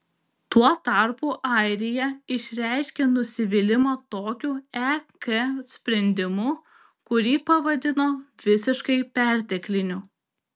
tuo tarpu airija išreiškė nusivylimą tokiu ek sprendimu kurį pavadino visiškai pertekliniu